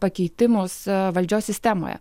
pakeitimus valdžios sistemoje